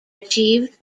achieved